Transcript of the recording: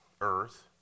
earth